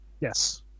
yes